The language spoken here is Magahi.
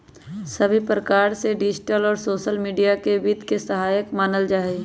सभी प्रकार से डिजिटल और सोसल मीडिया के वित्त के सहायक मानल जाहई